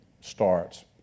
starts